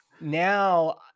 now